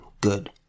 good